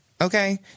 Okay